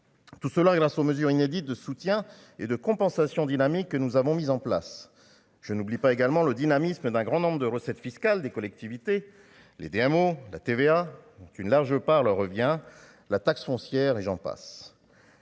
Tout cela grâce aux mesures inédites de soutien et de compensation dynamique que nous avons mis en place, je n'oublie pas également le dynamisme. Mais d'un grand nombre de recettes fiscales des collectivités, les diamants, la TVA, dont une large part revient. La taxe foncière et j'en passe.